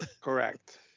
Correct